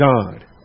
God